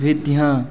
विधियाँ